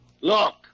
Look